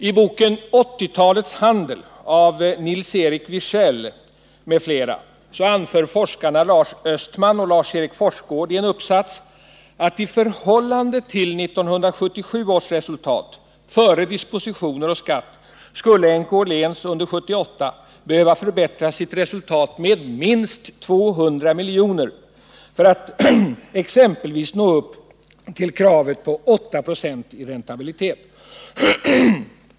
I boken Åttiotalets handel av Nils-Erik Wirsäll m.fl. anför forskarna Lars Östman och Lars Erik Forsgårdh i en uppsats att i förhållande till 1977 års resultat skulle NK-Åhléns, före dispositioner och skatt, behöva förbättra sitt resultat med minst 200 milj.kr. för att nå upp till exempelvis kravet på 8 Zo räntabilitet.